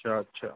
अच्छा अच्छा